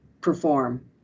perform